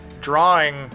drawing